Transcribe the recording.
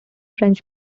french